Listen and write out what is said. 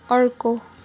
अर्को